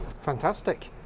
Fantastic